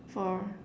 four